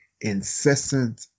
incessant